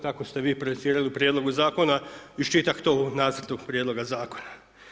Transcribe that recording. Tako ste vi projecirali u prijedlogu zakona iščitah to u nacrtu prijedloga zakona.